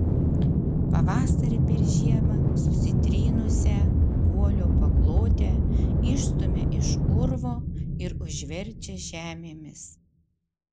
pavasarį per žiemą susitrynusią guolio paklotę išstumia iš urvo ir užverčia žemėmis